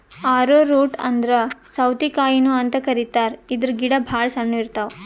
ಆರೊ root ಅಂದ್ರ ಸೌತಿಕಾಯಿನು ಅಂತ್ ಕರಿತಾರ್ ಇದ್ರ್ ಗಿಡ ಭಾಳ್ ಸಣ್ಣು ಇರ್ತವ್